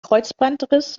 kreuzbandriss